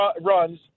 runs